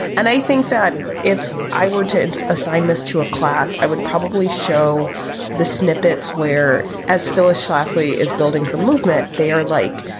and i think that if i were to assign this to a class, i would probably show the snippets where as phyllis schlafly is building her movement, they are like,